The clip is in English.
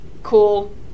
cool